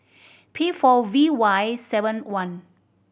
P four V Y seven one